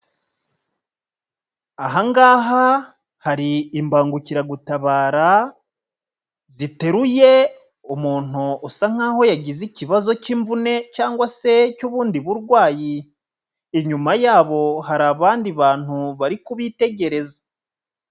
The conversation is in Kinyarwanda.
Aha ngaha hari imbangukiragutabara, ziteruye umuntu usa nkaho yagize ikibazo cy'imvune cyangwa se cy'ubundi burwayi, inyuma yabo hari abandi bantu bari kubitegereza.